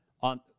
on